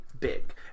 Big